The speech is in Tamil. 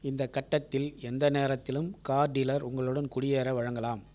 இந்த கட்டத்தில் எந்த நேரத்திலும் கார் டீலர் உங்களுடன் குடியேற வழங்கலாம்